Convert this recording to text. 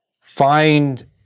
Find